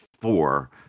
four